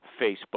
Facebook